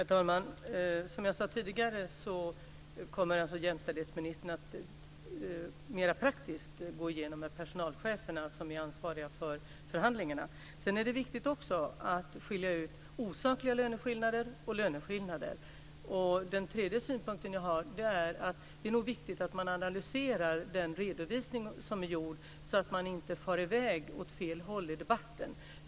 Herr talman! Som jag sade tidigare kommer jämställdhetsministern att mera praktiskt gå igenom detta med personalcheferna, som är ansvariga för förhandlingarna. Sedan är det också viktigt att skilja ut osakliga löneskillnader och löneskillnader. En annan synpunkt som jag har är att det nog är viktigt att analysera den redovisning som är gjord, så att man inte far i väg åt fel håll i debatten.